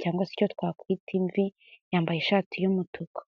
cyangwa se icyo twakwita imvi, yambaye ishati y'umutuku.